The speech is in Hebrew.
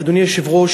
אדוני היושב-ראש,